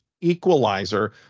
equalizer